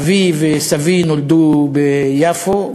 אבי וסבי נולדו ביפו,